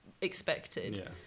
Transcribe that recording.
expected